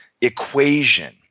equation